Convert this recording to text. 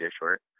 Short